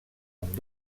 amb